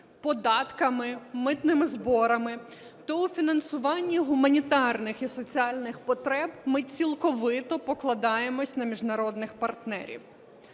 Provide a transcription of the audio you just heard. податками, митними зборами, то в фінансуванні гуманітарних і соціальних потреб ми цілковито покладаємось на міжнародних партнерів.